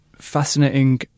fascinating